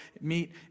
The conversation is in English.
meet